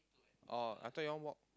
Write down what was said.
oh I thought you want walk